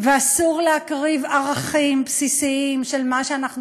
ואסור להקריב ערכים בסיסיים של מה שאנחנו